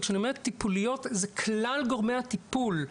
וכשאני אומרת טיפוליות אלו כלל גורמי הטיפול,